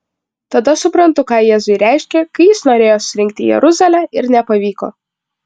tada suprantu ką jėzui reiškė kai jis norėjo surinkti jeruzalę ir nepavyko